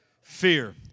fear